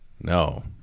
No